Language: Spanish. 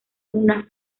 una